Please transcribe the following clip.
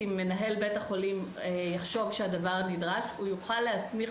אם מנהל בית החולים יחשוב שהדבר נדרש הוא יוכל להסמיך